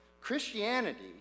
Christianity